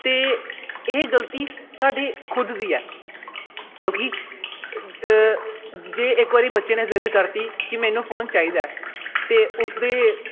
ਅਤੇ ਇਹ ਗਲਤੀ ਸਾਡੀ ਖੁਦ ਦੀ ਹੈ ਕਿਉਂਕਿ ਜੇ ਇੱਕ ਵਾਰੀ ਬੱਚੇ ਨੇ ਜਿੱਦ ਕਰਤੀ ਕਿ ਮੈਨੂੰ ਫੋਨ ਚਾਹੀਦਾ ਤਾਂ ਉਸ ਦੇ